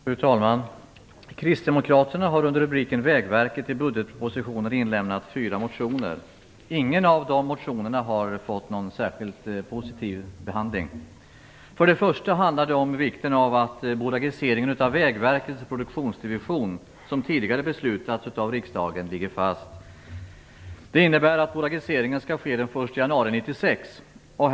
Fru talman! Kristdemokraterna har med anledning av det som står under rubriken Vägverket i budgetpropositionen väckt fyra motioner. Ingen av de motionerna har fått någon särskilt positiv behandling. För det första handlar det om vikten av att bolagiseringen av Vägverkets produktionsdivision, som tidigare beslutats av riksdagen, ligger fast. Det innebär att bolagiseringen skall ske den 1 januari 1996.